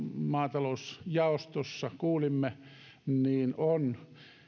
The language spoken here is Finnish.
maatalousjaostossa kuulimme on